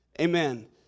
amen